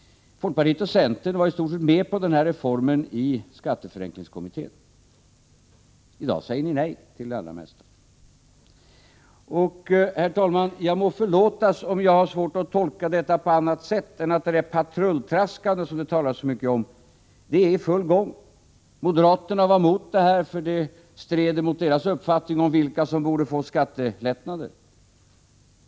Folkpartiet och centern var i stort sett med på den här reformen när den föredrogs av skatteförenklingskommittén. I dag säger ni nej till det allra mesta. Jag må förlåtas, herr talman, om jag har svårt att tolka detta på annat sätt än att det patrulltraskande som det talas så mycket om är i full gång. Moderaterna var emot förslaget, för det stred mot deras uppfattning om vilka som borde få skattelättnader.